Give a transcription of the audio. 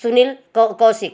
Sunil Kaushik